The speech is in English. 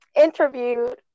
interviewed